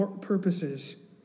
purposes